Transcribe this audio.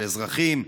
של אזרחים,